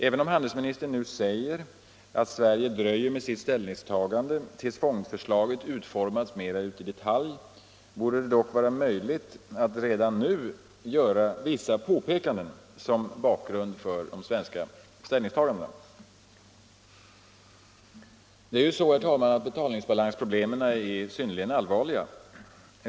Även om handelsministern nu säger att Sverige dröjer med sitt ställningstagande tills fondförslaget har utformats mera i detalj, borde det dock vara möjligt att redan nu göra vissa påpekanden som bakgrund för de svenska ställningstagandena. Betalningsbalansproblemen är synnerligen allvarliga.